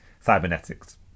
cybernetics